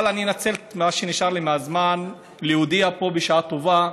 אבל אני אנצל את מה שנשאר לי מהזמן להודיע פה שבשעה טובה,